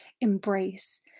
embrace